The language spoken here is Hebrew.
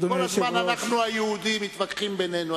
כל הזמן אנחנו, היהודים, מתווכחים בינינו.